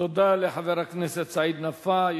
תודה לחבר הכנסת סעיד נפאע.